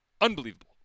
unbelievable